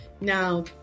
Now